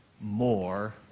more